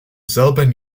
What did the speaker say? selben